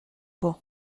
por